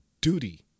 duty